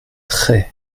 très